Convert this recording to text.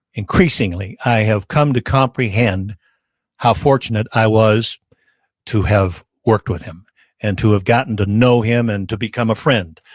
increasingly i have come to comprehend how fortunate i was to have worked with him and to have gotten to know him and to become a friend.